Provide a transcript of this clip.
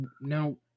Now